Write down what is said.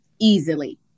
easily